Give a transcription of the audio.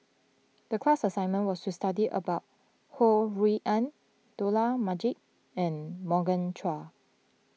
the class assignment was to study about Ho Rui An Dollah Majid and Morgan Chua